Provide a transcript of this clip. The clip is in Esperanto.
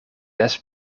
des